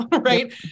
Right